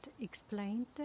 explained